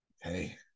Hey